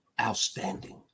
outstanding